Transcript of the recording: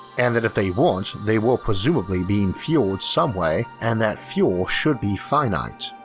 and that if they weren't they were presumably being fueled someway and that fuel should be finite.